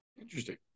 Interesting